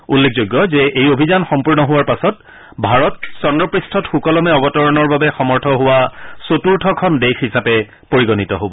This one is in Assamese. উল্লেখযোগ্য যে এই অভিযান সম্পূৰ্ণ হোৱাৰ পাছত ভাৰত চদ্ৰপৃষ্ঠত সুকলমে অৱতৰণৰ বাবে সমৰ্থ হোৱা চতুৰ্থখন দেশ হিচাপে পৰিগণিত হ'ব